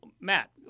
Matt